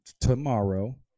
tomorrow